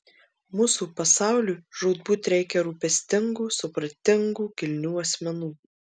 mūsų pasauliui žūtbūt reikia rūpestingų supratingų kilnių asmenų